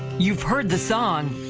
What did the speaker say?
you've heard the song.